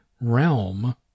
realm